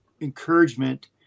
encouragement